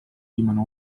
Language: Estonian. viimane